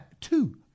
Two